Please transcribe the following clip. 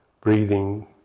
breathing